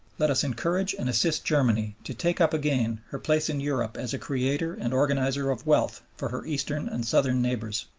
let us encourage and assist germany to take up again her place in europe as a creator and organizer of wealth for her eastern and southern neighbors.